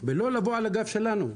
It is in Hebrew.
ולא לבוא על הגב שלנו.